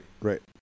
Right